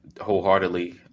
wholeheartedly